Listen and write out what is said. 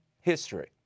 history